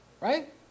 Right